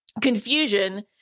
confusion